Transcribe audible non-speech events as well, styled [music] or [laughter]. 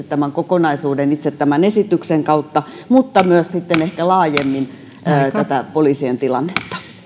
[unintelligible] tämän kokonaisuuden huolellisesti itse tämän esityksen kautta mutta myös sitten ehkä laajemmin tätä poliisien tilannetta